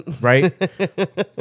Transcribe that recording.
Right